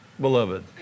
beloved